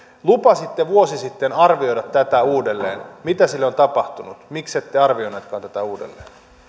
lupasitte vuosi sitten arvioida tätä uudelleen mitä sille on tapahtunut miksi ette arvioineetkaan tätä uudelleen